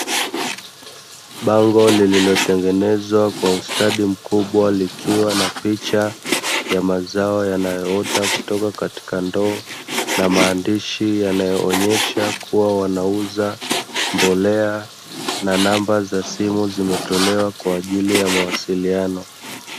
Bango lililotengenezwa kwa ustadi mkubwa likiwa na picha ya mazao yanayoota kutoka katika ndoo na maandishi yanayoonyesha kua wanauza mbolea na namba za simu zimetolewa kwa ajili ya mawasiliano.